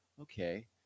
okay